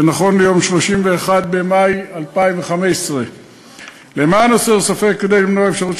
זה נכון ליום 31 במאי 2015. למען הסר ספק וכדי למנוע אפשרות